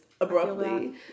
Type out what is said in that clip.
abruptly